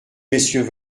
messieurs